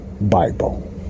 Bible